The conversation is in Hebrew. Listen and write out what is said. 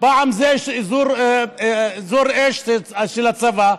פעם זה אזור אש של הצבא,